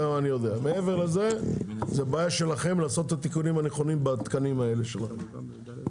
מעבר לזה זאת בעיה שלכם לעשות את התיקונים הנכונים בתקנים האלה שלכם.